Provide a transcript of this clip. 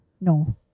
No